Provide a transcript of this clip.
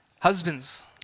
Husbands